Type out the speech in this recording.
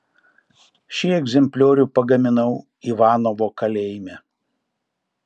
šį egzempliorių pagaminau ivanovo kalėjime